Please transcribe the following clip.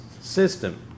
system